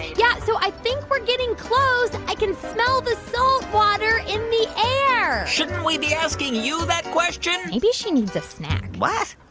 yeah, so i think we're getting close. i can smell the salt water in the air shouldn't we be asking you that question? maybe she needs a snack what?